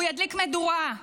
והוא ידליק מדורה,